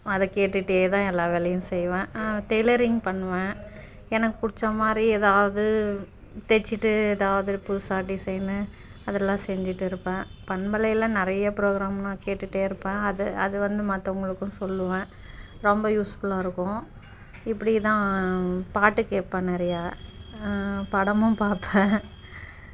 அதை கேட்டுகிட்டே தான் எல்லா வேலையும் செய்வேன் டெய்லரிங் பண்ணுவேன் எனக்கு பிடிச்ச மாதிரி எதாவது தைச்சிட்டு எதாவது புதுசாக டிசைன்னு அதெல்லாம் செஞ்சுட்டு இருப்பேன் பண்பலையில் நிறைய ப்ரோக்ராம் நான் கேட்டுகிட்டே இருப்பேன் அதை அது வந்து மற்றவங்களுக்கும் சொல்லுவேன் ரொம்ப யூஸ்ஃபுல்லாக இருக்கும் இப்படி தான் பாட்டு கேட்பேன் நிறைய படமும் பார்ப்பேன்